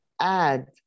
add